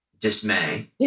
dismay